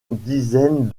dizaines